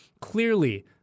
clearly